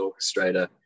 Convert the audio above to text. orchestrator